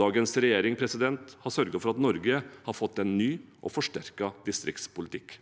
Dagens regjering har sørget for at Norge har fått en ny og forsterket distriktspolitikk.